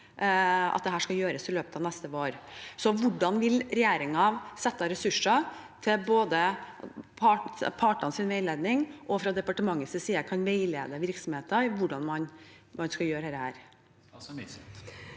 at dette skal gjøres i løpet av neste vår. Hvordan vil regjeringen sette av ressurser til både partenes veiledning og at man fra departementets side kan veilede virksomheter i hvordan man skal gjøre dette?